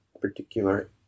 particular